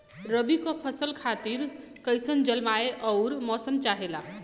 रबी क फसल खातिर कइसन जलवाय अउर मौसम चाहेला?